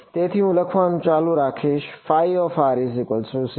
તેથી હું લખવાનું ચાલુ રાખીશ